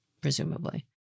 presumably